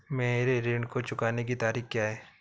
मेरे ऋण को चुकाने की तारीख़ क्या है?